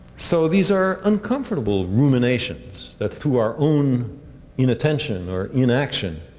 so, these are uncomfortable ruminations that through our own inattention or inaction,